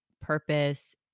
purpose